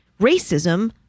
racism